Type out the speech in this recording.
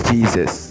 Jesus